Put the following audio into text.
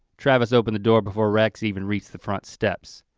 travis opened the door before rex even reached the front steps.